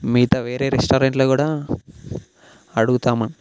మిగతా వేరే రెస్టారెంట్లో కూడా అడుగుతాము